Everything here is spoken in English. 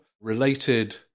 related